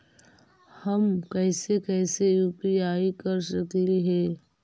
हम कैसे कैसे यु.पी.आई कर सकली हे?